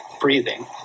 breathing